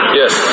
yes